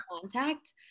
contact